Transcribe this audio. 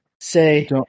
say